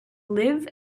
live